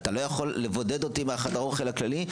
אתה לא יכול לבודד אותי מחדר האוכל הכללי.